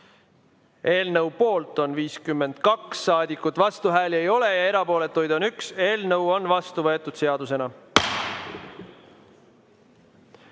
Eelnõu poolt on 52 saadikut, vastuhääli ei ole, erapooletuid on 1. Eelnõu on vastu võetud seadusena.